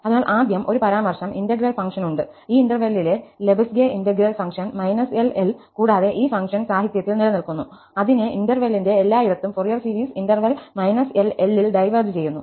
അതിനാൽ ആദ്യം ഒരു പരാമർശം ഇന്റഗ്രൽ ഫംഗ്ഷൻ ഉണ്ട് ഈ ഇന്റെർവെല്ലിലെ Lebesgue integral function −L L കൂടാതെ ഈ ഫംഗ്ഷൻ സാഹിത്യത്തിൽ നിലനിൽക്കുന്നു അതിന്റെ ഇന്റെർവെല്ലിൽ എല്ലായിടത്തും Fourier series interval −L L ൽ ഡൈവേർജ് ചെയ്യുന്നു